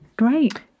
great